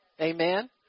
Amen